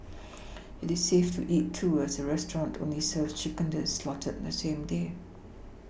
it is safe to eat too as the restaurant only serves chicken that is slaughtered on the same day